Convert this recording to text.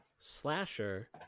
slasher